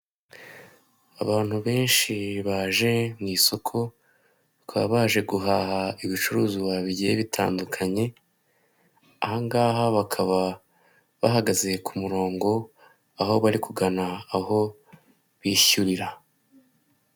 Abantu benshi baje mu isoko bakaba baje guhaha ibicuruzwa bigiye bitandukanye. Ahangaha bakaba bahagaze ku murongo aho bari kugana aho bishyurira